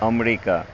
America